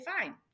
fine